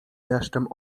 deszczem